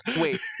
Wait